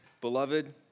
Beloved